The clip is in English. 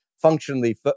functionally